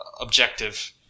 objective